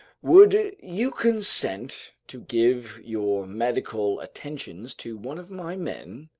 would you consent to give your medical attentions to one of my men?